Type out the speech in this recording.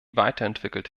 weiterentwickelt